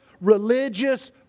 religious